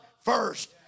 first